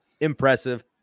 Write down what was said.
impressive